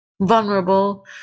Vulnerable